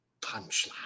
Punchline